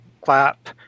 clap